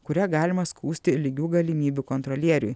kurią galima skųsti lygių galimybių kontrolieriui